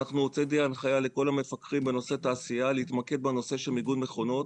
הוצאתי הנחיה לכל המפקחים בנושא תעשייה להתמקד בנושא של מיגון מכונות.